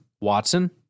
Watson